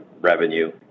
revenue